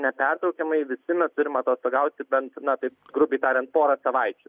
nepertraukiamai visi mes turim atostogauti bent na taip grubiai tariant porą savaičių